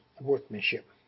workmanship